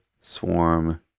swarm